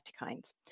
cytokines